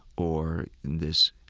or this,